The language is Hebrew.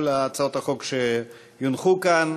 כל הצעות החוק שיונחו כאן,